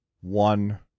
one